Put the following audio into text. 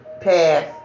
pass